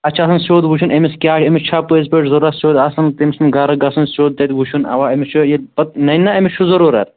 اتھ چھُ آسان سیٛوٚد وُچھُن أمِس کیٛاہ أمِس چھا پٔزۍ پٲٹھۍ ضرٗورت سیٛوٚد آسان تٔمۍ سُنٛد گَرٕ گژھُن سیٛوٚد تَتہِ وُچھُن اَوا أمِس چھُ ییٚلہِ پَتہٕ ننہِ نا أمِس چھُ ضرٗورت